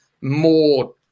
more